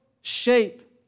shape